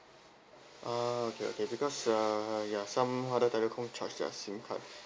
ah okay okay because uh ya some other telecom charge their SIM card